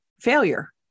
failure